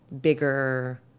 bigger